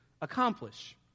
accomplish